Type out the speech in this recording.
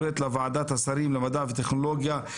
בשביל שהדאטה הזה לא יאבד,